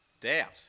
doubt